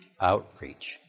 outreach